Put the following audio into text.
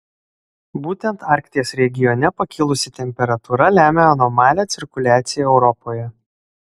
būtent arkties regione pakilusi temperatūra lemia anomalią cirkuliaciją europoje